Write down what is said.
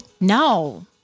no